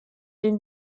den